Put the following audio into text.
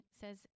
says